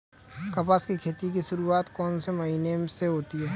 कपास की खेती की शुरुआत कौन से महीने से होती है?